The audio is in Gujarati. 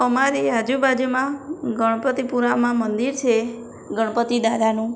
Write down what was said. અમારી આજુબાજુમાં ગણપતિપુરામાં મંદિર છે ગણપતિ દાદાનું